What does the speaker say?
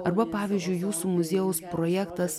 arba pavyzdžiui jūsų muziejaus projektas